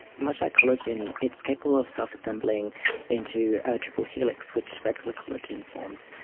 much like collagen, it's capable of self-assembling into a triple helix which regular collagen forms.